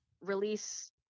release